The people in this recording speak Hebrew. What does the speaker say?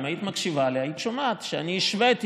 אם היית מקשיבה לי היית שומעת שאני השוויתי